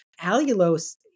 allulose